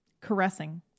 caressing